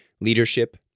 leadership